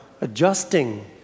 adjusting